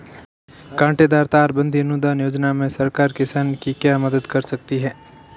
कांटेदार तार बंदी अनुदान योजना में सरकार किसान की क्या मदद करती है?